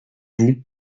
vous